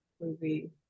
movie